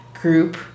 group